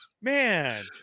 man